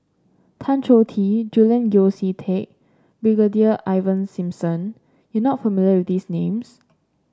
Tan Choh Tee Julian Yeo See Teck Brigadier Ivan Simson you are not familiar with these names